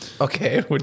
Okay